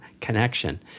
connection